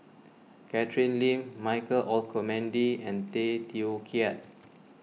Catherine Lim Michael Olcomendy and Tay Teow Kiat